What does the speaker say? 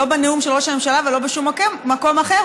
לא בנאום של ראש הממשלה ולא בשום מקום אחר,